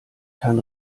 herrn